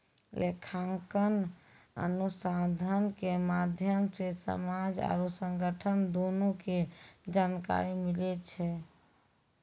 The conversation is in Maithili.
लेखांकन अनुसन्धान के माध्यम से समाज आरु संगठन दुनू के जानकारी मिलै छै